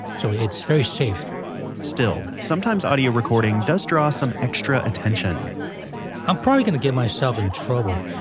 so it's very safe still, sometimes audio recording does draw some extra attention i'm probably going to get myself in trouble.